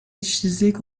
işsizlik